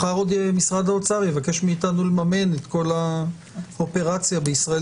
מחר עוד משרד האוצר יבקש מאיתנו לממן את כל האופרציה בישראל